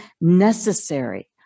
necessary